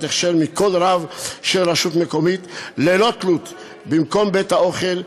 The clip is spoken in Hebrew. הכשר מכל רב של רשות מקומית ללא תלות במקום בית-האוכל,